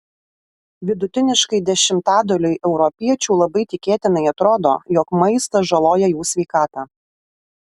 vidutiniškai dešimtadaliui europiečių labai tikėtinai atrodo jog maistas žaloja jų sveikatą